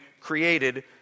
created